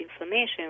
inflammation